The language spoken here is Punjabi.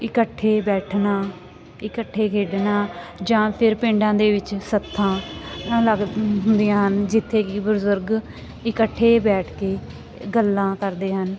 ਇਕੱਠੇ ਬੈਠਣਾ ਇਕੱਠੇ ਖੇਡਣਾ ਜਾਂ ਫਿਰ ਪਿੰਡਾਂ ਦੇ ਵਿੱਚ ਸੱਥਾਂ ਅਲੱਗ ਹੁੰਦੀਆਂ ਹਨ ਜਿੱਥੇ ਕਿ ਬਜ਼ੁਰਗ ਇਕੱਠੇ ਬੈਠ ਕੇ ਗੱਲਾਂ ਕਰਦੇ ਹਨ